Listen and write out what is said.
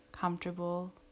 comfortable